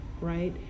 right